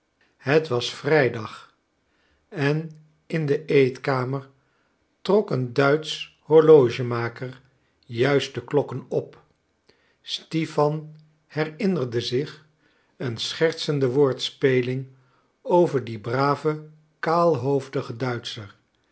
het was vrijdag en in de eetkamer trok een duitsch horlogemaker juist de klokken op stipan herinnerde zich een schertsende woordspeling over dien braven kaalhoofdigen duitscher